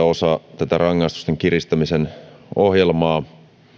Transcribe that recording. osa rangaistusten kiristämisen ohjelmaa